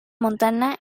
montana